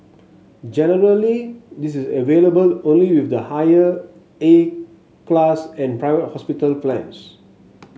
generally this is available only with the higher A class and private hospital plans